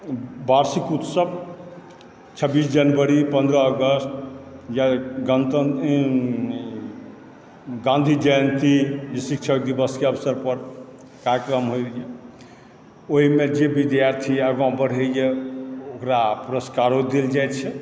वार्षिक उत्सव छब्बीस जनवरी पन्द्रह अगस्त या गणतन्त्र गान्धीजयन्ती अथी शिक्षक दिवसके अवसर पर कार्यक्रम होइया ओहिमे जे विद्यार्थी आगाँ बढ़ैए ओकरा पुरस्कारो देल जाइत छै